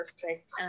perfect